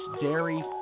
dairy